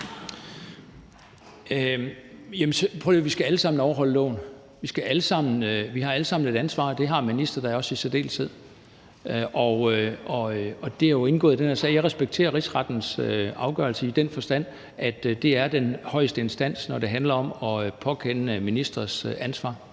vi skal alle sammen overholde loven, vi har alle sammen et ansvar, og det har ministre da også i særdeleshed, og det har jo indgået i den her sag. Jeg respekterer Rigsrettens afgørelse i den forstand, at det er den højeste instans, når det handler om at påkende ministres ansvar.